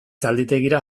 zalditegira